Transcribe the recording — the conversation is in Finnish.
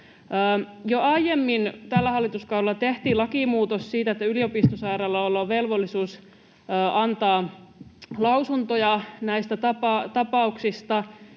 Jo aiemmin tällä hallituskaudella tehtiin lakimuutos siitä, että yliopistosairaaloilla on velvollisuus antaa lausuntoja näistä tapauksista,